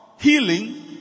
healing